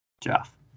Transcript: Jeff